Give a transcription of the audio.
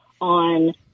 on